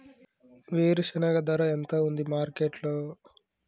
వేరుశెనగ ధర ఎంత ఉంది మార్కెట్ లో?